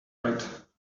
right